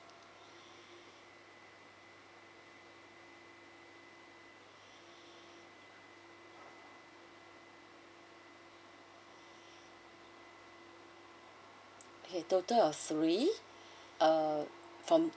okay total of three uh from